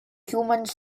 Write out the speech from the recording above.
humans